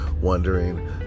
wondering